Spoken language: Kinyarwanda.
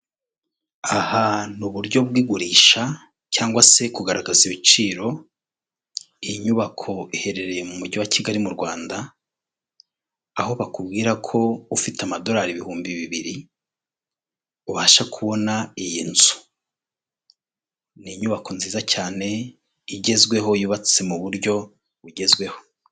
Aha ni uburyo bw'igurisha cyangwa se kugaragaza ibiciro, iyi nyubako iherereye mu mujyi wa Kigali mu Rwanda, aho bakubwira ko ufite amadolari ibihumbi bibiri ubasha kubona iyi nzu, ni inyubako nziza cyane igezweho yubatse mu buryo bugezweho.